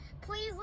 Please